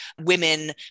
women